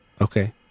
Okay